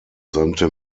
sandte